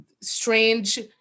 strange